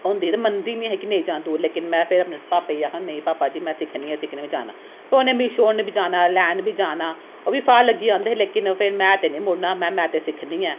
होंदी ही ते मनदी निं है ही के दूर जाना लेकन में फिर पापे गी आखना नेईं पापा जी में सिक्खनी गै सिक्खनी में जाना फिर उ'नें मिगी छोड़न बी जाना लैन बी जाना ओह् बी फाह् लग्गी जंदे हे लेकन फिर में ते नेईं मुड़ना महें में ते सिक्खनी ऐ